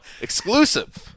exclusive